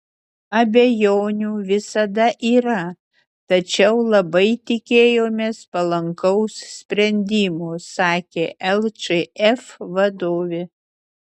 abejonių visada yra tačiau labai tikėjomės palankaus sprendimo sakė lčf vadovė